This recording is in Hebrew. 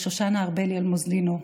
שושנה ארבלי אלמוזלינו,